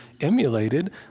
emulated